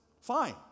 fine